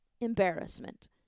embarrassment